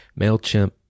MailChimp